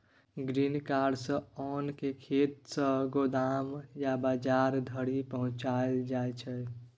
grain cart सँ ओन केँ खेत सँ गोदाम या बजार धरि पहुँचाएल जाइ छै